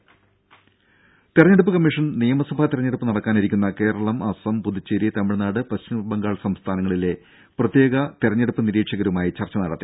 രുര തെരഞ്ഞെടുപ്പ് കമ്മീഷൻ നിയമസഭാ തെരഞ്ഞെടുപ്പ് നടക്കാനിരിക്കുന്ന കേരളം അസം പുതുച്ചേരി തമിഴ്നാട് പശ്ചിമ ബംഗാൾ സംസ്ഥാനങ്ങളിലെ പ്രത്യേക നിരീക്ഷകരുമായി ചർച്ച നടത്തി